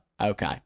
Okay